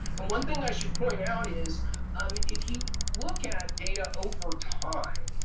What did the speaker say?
and one thing i should point out is um if you look at data over time,